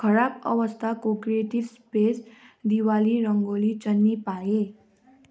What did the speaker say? खराब अवस्थाको creative space Diwali rangoli चन्नी पाएँ